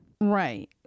Right